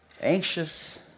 anxious